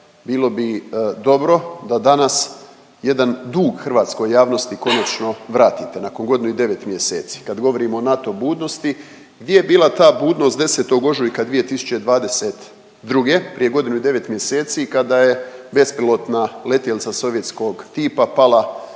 bilo bi dobro da danas jedan dug hrvatskoj javnosti konačno vratite nakon godinu i devet mjeseci. Kad govorimo o NATO budnosti gdje je bila ta budnost 10. ožujka 2022. prije godinu i devet mjeseci kada je bespilotna letjelica sovjetskog tipa pala